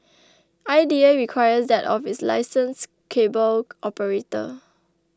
I D A requires that of its licensed cable operator